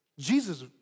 Jesus